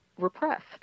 repressed